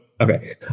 Okay